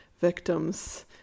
victims